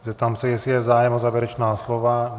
Zeptám se, jestli je zájem o závěrečná slova.